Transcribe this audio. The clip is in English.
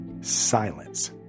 Silence